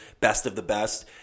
best-of-the-best